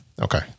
Okay